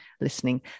listening